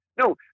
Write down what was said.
No